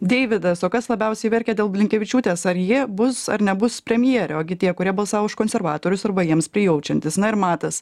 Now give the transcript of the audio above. deividas o kas labiausiai verkė dėl blinkevičiūtės ar ji bus ar nebus premjerė o gi tie kurie balsavo už konservatorius arba jiems prijaučiantys na ir matas